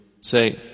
Say